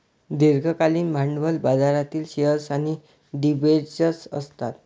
दीर्घकालीन भांडवली बाजारात शेअर्स आणि डिबेंचर्स असतात